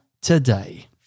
today